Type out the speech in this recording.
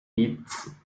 its